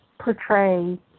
portray